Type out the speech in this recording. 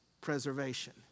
preservation